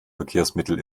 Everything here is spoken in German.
verkehrsmittel